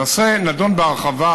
הנושא נדון בהרחבה,